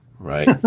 Right